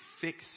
fix